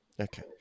okay